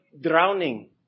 drowning